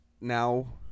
now